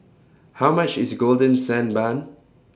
How much IS Golden Sand Bun